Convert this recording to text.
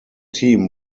team